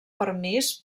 permís